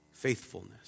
faithfulness